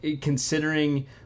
considering